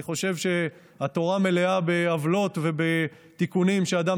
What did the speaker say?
אני חושב שהתורה מלאה בעוולות ובתיקונים שאדם